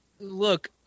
Look